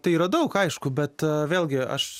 tai yra daug aišku bet vėlgi aš